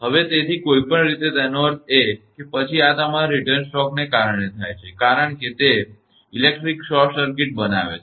હવે તેથી કોઈપણ રીતે તેનો અર્થ એ કે પછી આ તમારા રીટર્ન સ્ટ્રોકને કારણે થાય છે કારણ કે તે વિદ્યુત શોર્ટ સર્કિટ બનાવે છે